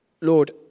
Lord